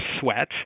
sweat